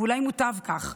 ואולי מוטב כך?